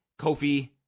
Kofi